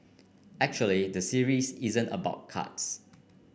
actually the series isn't about cards